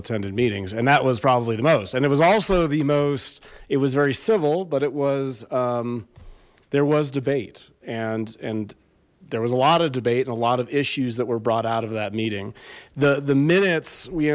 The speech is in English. attended meetings and that was probably the most and it was also the most it was very civil but it was there was debate and and there was a lot of debate and a lot of issues that were brought out of that meeting the the minutes we